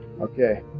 Okay